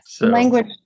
Language